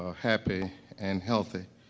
ah happy and healthy.